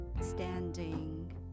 standing